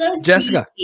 Jessica